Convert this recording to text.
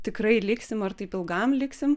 tikrai liksim ar taip ilgam liksim